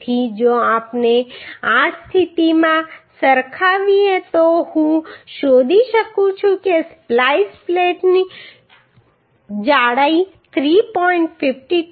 તેથી જો આપણે આ સ્થિતિ સાથે સરખાવીએ તો હું શોધી શકું છું કે સ્પ્લાઈસ પ્લેટની જાડાઈ 3